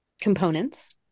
components